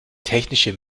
technisch